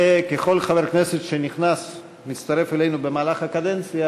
וככל חבר כנסת שנכנס ומצטרף אלינו במהלך הקדנציה,